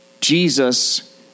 Jesus